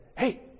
hey